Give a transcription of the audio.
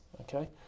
Okay